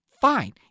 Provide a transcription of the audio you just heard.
fine